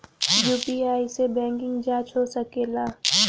UPI से balance जाँच हो सके ला?